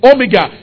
Omega